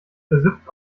versifft